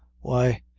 why!